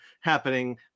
happening